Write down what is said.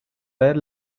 ver